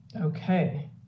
Okay